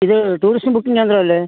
ഇത് tourist booking കേന്ദ്രം അല്ലേ